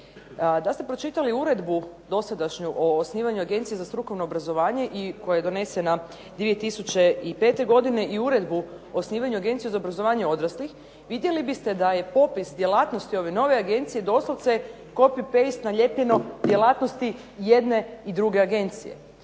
Da ste pročitali uredbu dosadašnju o osnivanju Agencije za strukovno obrazovanje koja je donesena 2005. godine i Uredbu o osnivanju Agencije za obrazovanje odraslih vidjeli biste da je popis djelatnosti ove nove agencije doslovce copy-paste nalijepljeno djelatnosti jedne i druge agencije.